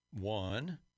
One